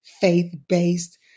faith-based